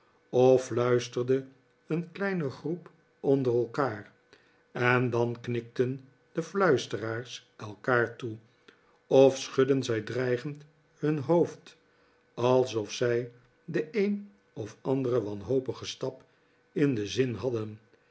of fluisterde een kleine groep onder elkaar en dan knikten de fluisteraars elkaar toe of schudden zij dreigend hun hoofd alsof zij den een of anderen wanhopigen stap in den zin hadden